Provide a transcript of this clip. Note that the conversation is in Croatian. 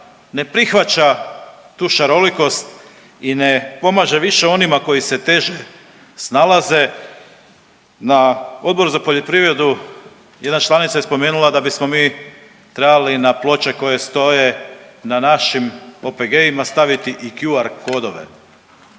ne prihvaća tu šarolikost i ne pomaže više onima koji se teže snalaze. Na Odboru za poljoprivredu jedna članica je spomenula da bismo mi trebali na ploče koje stoje na našim OPG-ima staviti i QR kodove.